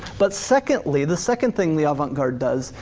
but secondly, the second thing the avant-garde does,